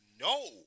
no